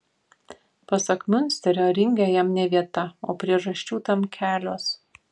pasak miunsterio ringe jam ne vieta o priežasčių tam kelios